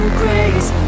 grace